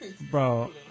Bro